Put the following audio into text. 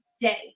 day